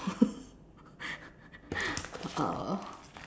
uh